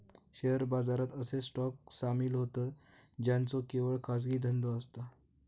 share बाजारात असे stock सामील होतं ज्यांचो केवळ खाजगी धंदो असता